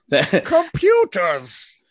Computers